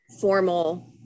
formal